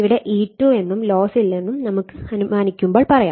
ഇവിടെ E2 എന്നും loss ഇല്ലെന്ന് അനുമാനിക്കുമ്പോൾ പറയാം